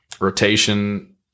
rotation